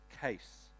case